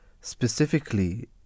Specifically